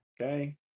Okay